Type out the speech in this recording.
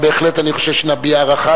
אבל בהחלט אני חושב שנביע הערכה,